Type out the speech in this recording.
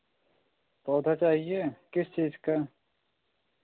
पौधा चाहिए किस चीज़ का